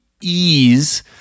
ease